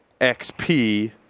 XP